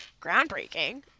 groundbreaking